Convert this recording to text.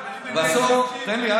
תן לי,